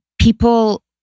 people